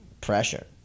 pressure